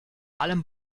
allem